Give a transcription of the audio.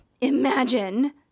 imagine